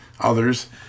others